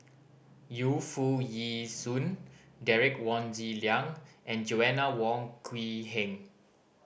Yu Foo Yee Shoon Derek Wong Zi Liang and Joanna Wong Quee Heng